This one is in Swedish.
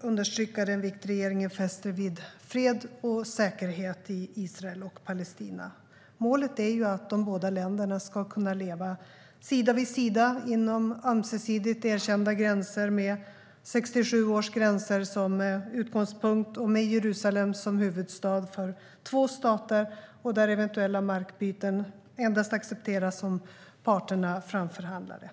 understryka den vikt regeringen fäster vid fred och säkerhet i Israel och Palestina. Målet är att de båda länderna ska kunna leva sida vid sida, inom ömsesidigt erkända gränser, med gränserna från 1967 som utgångspunkt och med Jerusalem som huvudstad för två stater. Eventuella markbyten ska endast accepteras om parterna framförhandlar det.